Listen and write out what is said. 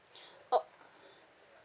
oh